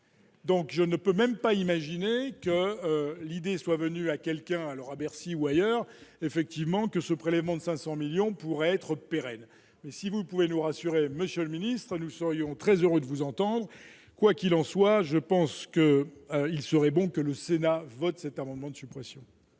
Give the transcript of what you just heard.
Donc je ne peux même pas imaginer que l'idée soit venu à quelqu'un, alors à Bercy ou ailleurs effectivement que ce prélèvement de 500 millions pourraient être pérenne, mais si vous pouvez nous rassurer, Monsieur le Ministre, nous serions très heureux de vous entendre quoi qu'il en soit, je pense que il serait bon que le Sénat vote cet amendement de suppression.